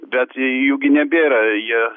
bet jų gi nebėra jie